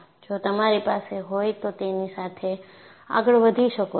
જો તમારી પાસે હોય તો તેની સાથે આગળ વધી શકો છો